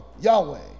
Yahweh